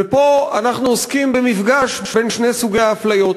ופה אנחנו עוסקים במפגש בין שני סוגי אפליות: